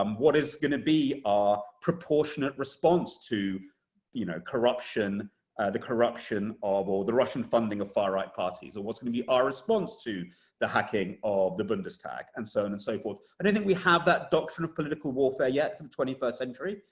um what is going to be our proportionate response to the you know corruption the corruption of or the russian funding of far right parties, or what's going to be our response to the hacking of the bundestag, and so on and and so forth? i don't think we have that doctrine of political warfare yet for the twenty first century.